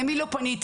למי לא פניתי?